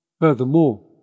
Furthermore